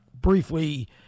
briefly